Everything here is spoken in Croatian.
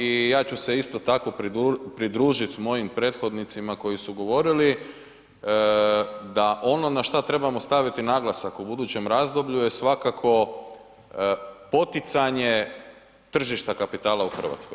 I ja ću se isto tako pridružiti mojim prethodnicima koji su govorili da ono na šta trebamo staviti naglasak u budućem razdoblju je svakako poticanje tržišta kapitala u Hrvatskoj.